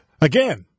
Again